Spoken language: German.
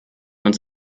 uns